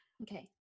Okay